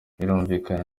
birumvikana